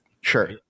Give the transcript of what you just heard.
Sure